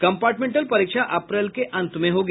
compartmental परीक्षा अप्रैल के अंत में होगी